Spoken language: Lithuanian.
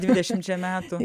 dvidešimčia metų